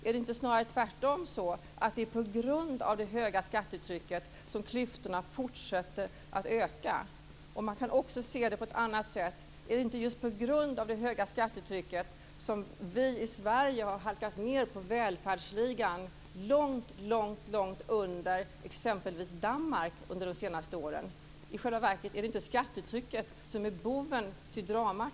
Är det inte snarare tvärtom så att det är på grund av det höga skattetrycket som klyftorna fortsätter att öka? Man kan också se det på ett annat sätt: Är det inte just på grund av det höga skattetrycket som vi i Sverige har halkat ned i välfärdsligan, långt långt under exempelvis Danmark, de senaste åren? Är det inte i själva verket skattetrycket som är boven i dramat,